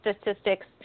statistics